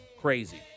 Crazy